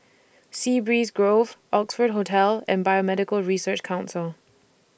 Sea Breeze Grove Oxford Hotel and Biomedical Research Council